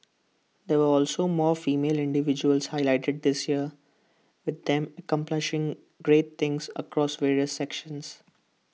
there were also more female individuals highlighted this year with them accomplishing great things across various sectors